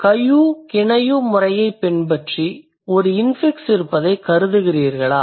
Kayu Kinayu முறையைப் பின்பற்றி ஒரு இன்ஃபிக்ஸ் இருப்பதாகக் கருதுகிறீர்களா